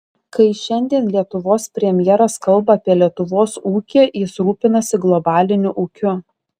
kai šiandien lietuvos premjeras kalba apie lietuvos ūkį jis rūpinasi globaliniu ūkiu